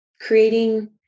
creating